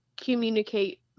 communicate